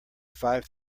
five